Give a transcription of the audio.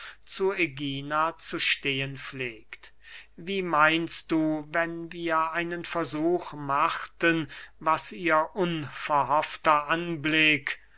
zu ägina zu stehen pflegt wie meinst du wenn wir einen versuch machten was ihr unverhoffter anblick